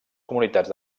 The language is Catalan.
comunitats